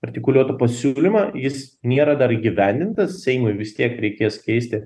artikuliuotą pasiūlymą jis nėra dar įgyvendintas seimui vis tiek reikės keisti